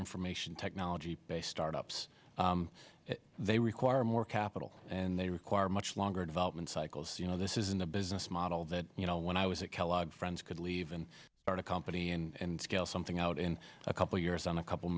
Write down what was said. information technology base startups they require more capital and they require much longer development cycles you know this is in the business model that you know when i was at kellogg friends could leave and start a company and scale something out in a couple of years on a couple